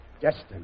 destiny